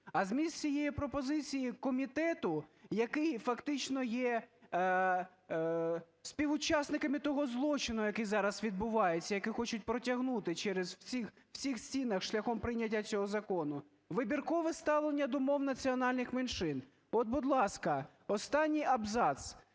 А зміст цієї пропозиції комітету, який фактично є співучасником того злочину, який зараз відбувається, який хочуть протягнути через... в цих стінах шляхом прийняття цього закону, вибіркове ставлення до мов національних меншин. От, будь ласка, останній абзац: